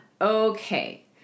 Okay